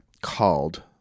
called